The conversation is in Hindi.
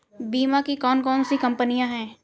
बीमा की कौन कौन सी कंपनियाँ हैं?